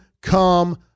come